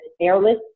airless